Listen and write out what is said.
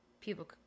people